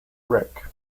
wreck